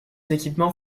équipements